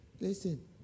Listen